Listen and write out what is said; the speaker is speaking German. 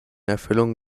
erfüllung